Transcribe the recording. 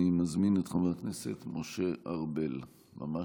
אני מזמין את חבר הכנסת משה ארבל, בבקשה.